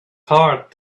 heart